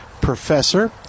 Professor